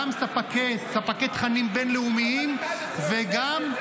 גם ספקי תכנים בין-לאומיים וגם --- אבל 11 עושה,